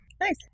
Nice